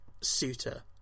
suitor